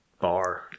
bar